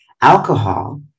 alcohol